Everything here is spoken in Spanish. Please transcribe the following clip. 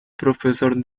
profesor